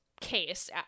case